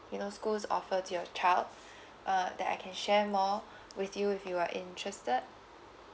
you know schools offer to your child uh that I can share more with you if you are interested